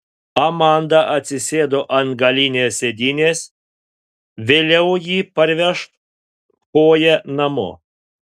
amanda atsisėdo ant galinės sėdynės vėliau ji parveš chloję namo